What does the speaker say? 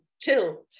till